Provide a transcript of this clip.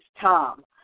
Tom